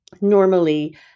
normally